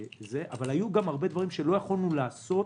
אבל היו גם הרבה דברים שלא יכולנו לעשות